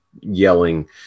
yelling